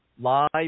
live